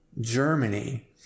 Germany